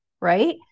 Right